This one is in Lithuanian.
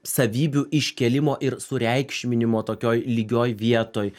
savybių iškėlimo ir sureikšminimo tokioj lygioj vietoj